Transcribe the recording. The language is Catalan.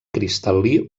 cristal·lí